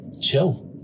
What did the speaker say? chill